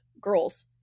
girls